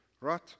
Right